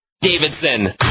Davidson